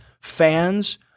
fans